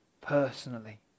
personally